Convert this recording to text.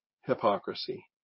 hypocrisy